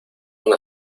una